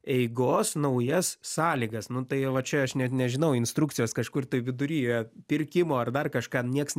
eigos naujas sąlygas nu tai jau va čia aš net nežinau instrukcijos kažkur tai viduryje pirkimo ar dar kažką nieks